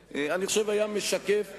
אני חושב שזה גם היה משקף נאמנה,